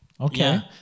Okay